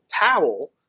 Powell